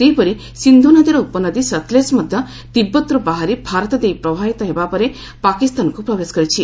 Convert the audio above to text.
ସେହିପରି ସିନ୍ଧୁ ନଦୀର ଉପନଦୀ ସତ୍ଲେଜ୍ ମଧ୍ୟ ତୀବତ୍ରୁ ବାହାରି ଭାରତ ଦେଇ ପ୍ରବାହିତ ହେବା ପରେ ପାକିସ୍ତାନକୁ ପ୍ରବେଶ କରିଛି